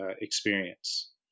experience